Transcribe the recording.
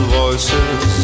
voices